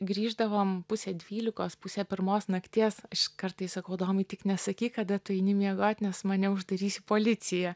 grįždavom pusę dvylikos pusę pirmos nakties aš kartais sakau adomai tik nesakyk kada tu eini miegot nes mane uždarys į policiją